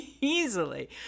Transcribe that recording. easily